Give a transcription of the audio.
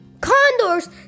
Condors